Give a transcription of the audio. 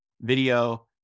video